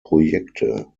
projekte